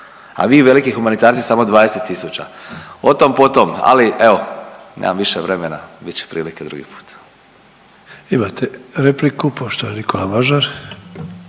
A vi veliki humanitarci samo 20 tisuća. O tom potom, ali evo, nemam više vremena, bit će prilike drugi put. **Sanader, Ante (HDZ)** Imate repliku, poštovani Nikola Mažar.